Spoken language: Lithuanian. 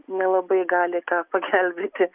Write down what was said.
nelabai gali ką pagelbėti